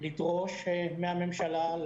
אני חושב שאתם צריכים לדרוש מהממשלה להקים